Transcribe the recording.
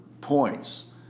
points